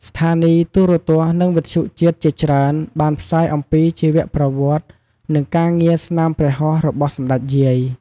ស្ថានីយទូរទស្សន៍ និងវិទ្យុជាតិជាច្រើនបានផ្សាយអំពីជីវប្រវត្តិ និងការងារស្នាមព្រះហស្ដរបស់សម្តេចយាយ។